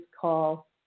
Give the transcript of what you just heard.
call